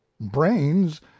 brains